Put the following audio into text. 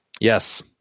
Yes